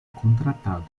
contratados